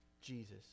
Jesus